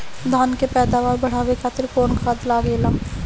धान के पैदावार बढ़ावे खातिर कौन खाद लागेला?